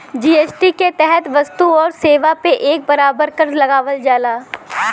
GST के तहत वस्तु आउर सेवा पे एक बराबर कर लगावल जाला